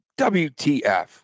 WTF